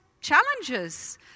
challenges